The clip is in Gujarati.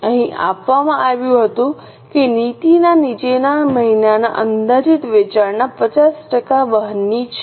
અહીં આપવામાં આવ્યું હતું કે નીતિ નીચેના મહિનાના અંદાજિત વેચાણના 50 ટકા વહનની છે